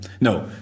No